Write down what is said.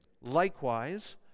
likewise